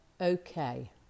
okay